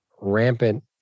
rampant